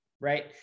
right